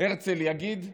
שהרצל יגיד: